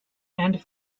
and